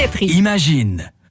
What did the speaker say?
Imagine